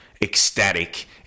ecstatic